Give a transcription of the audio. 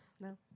No